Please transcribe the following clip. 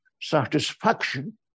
satisfaction